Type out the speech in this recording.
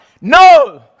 No